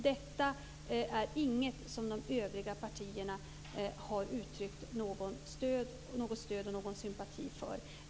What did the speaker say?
Detta är inget som de övriga partierna har uttryckt något stöd eller någon sympati för.